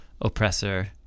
oppressor